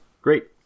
Great